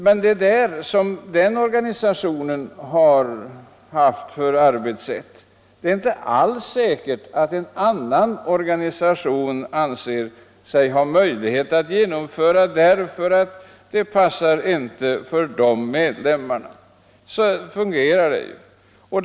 Men det är inte alls säkert att en annan organisation anser sig ha möjlighet att tillämpa den första organisationens arbetssätt, eftersom det kanske inte passar för dess medlemmar.